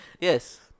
yes